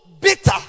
bitter